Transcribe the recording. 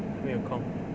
他没有空 leh